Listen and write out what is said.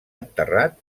enterrat